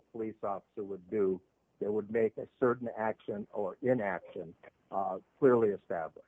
police officer would do that would make a certain action or inaction clearly established